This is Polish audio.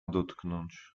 dotknąć